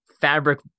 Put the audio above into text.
fabric